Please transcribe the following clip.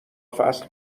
فصل